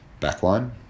backline